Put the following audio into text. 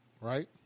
right